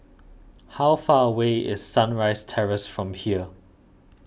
how far away is Sunrise Terrace from here